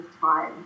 time